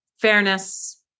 fairness